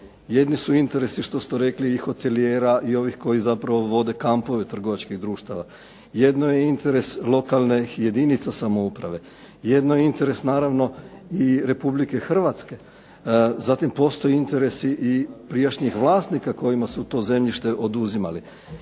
Jedni su interesi što ste rekli i hotelijera i ovih koji zapravo vode kampove trgovačkih društava, jedno je interes lokalnih jedinica samouprave, jedno je interes naravno i Republike Hrvatske. Zatim postoji interes i prijašnjih vlasnika kojima su to zemljište oduzimali.